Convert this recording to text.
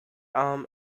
arm